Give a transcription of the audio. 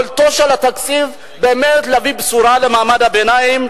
יכולתו של התקציב באמת להביא בשורה למעמד הביניים,